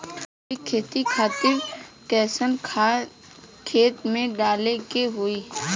जैविक खेती खातिर कैसन खाद खेत मे डाले के होई?